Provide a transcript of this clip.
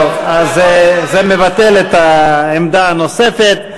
טוב, זה מבטל את העמדה הנוספת.